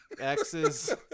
Exes